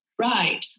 Right